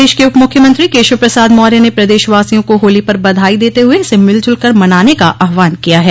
प्रदेश के उप मुख्यमंत्री केशव प्रसाद मौर्य ने प्रदेशवासियों को होली पर बधाई देते हुए इसे मिलजुल कर मनाने का आहवान किया है